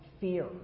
fear